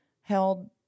held